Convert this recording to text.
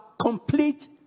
complete